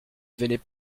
venait